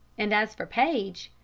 and as for paige,